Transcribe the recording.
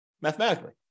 mathematically